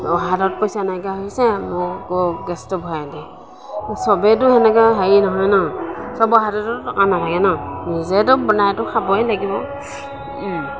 হাতত পইচা নাইকিয়া হৈছে মোক গেছটো ভৰাই আনি দে চবেইটো সেনেকুৱা হেৰি নহয় ন চবৰে হাততেটো টকা নাথাকে ন নিজেতো বনাইতো খাবই লাগিব